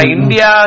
India